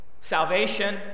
Salvation